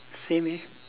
same eh